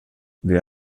det